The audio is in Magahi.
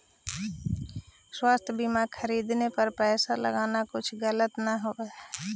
स्वास्थ्य बीमा खरीदने पर पैसा लगाना कुछ गलत न हई